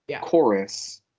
chorus